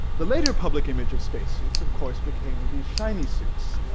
the later public image of spacesuits of course became of these shiny suits.